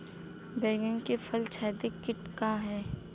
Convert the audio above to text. बैंगन में फल छेदक किट का ह?